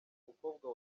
umukobwa